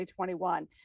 2021